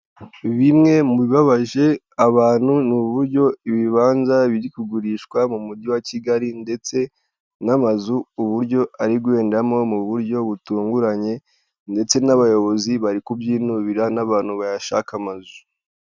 Bimwe mu bibabaje abantu ni uburyo ibibanza biri kugurishwa mu mujyi wa Kigali ndetse n'amazu uburyo ari guhendamo mu buryo butunguranye ndetse n'abayobozi bari kubyinubira n'abantu bayashaka amazu.